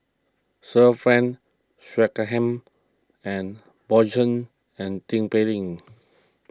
Sir Frank and Bjorn Shen and Tin Pei Ling